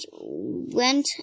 went